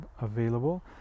available